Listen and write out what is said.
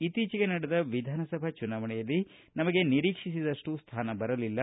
ಇತ್ತೀಚೆಗೆ ನಡೆದ ವಿಧಾನಸಭಾ ಚುನಾವಣೆಯಲ್ಲಿ ನಮಗೆ ನಿರೀಕ್ಷಿಸಿದಷ್ಟು ಸ್ಥಾನ ಬರಲಿಲ್ಲ